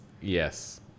Yes